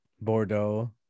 Bordeaux